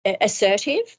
assertive